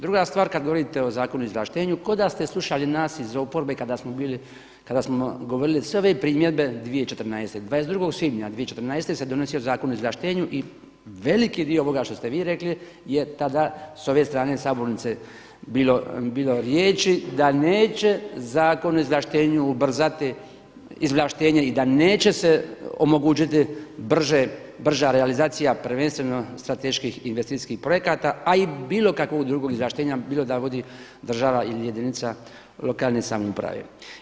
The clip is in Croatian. Druga stvar kada govorite o Zakonu o izvlaštenju, kao da ste slušali nas iz oporbe kada smo bili, kada smo govorili sve ove primjedbe 2014., 22. svibnja 2014. se donosio Zakon o izvlaštenju i veliki dio ovoga što ste vi rekli je tada s ove strane sabornice bilo riječi da neće Zakon o izvlaštenju ubrzati izvlaštenje i da neće se omogućiti brža realizacija, prvenstveno strateških i investicijskih projekata a i bilo kakvog drugog izvlaštenja bilo da vodi država ili jedinica lokalne samouprave.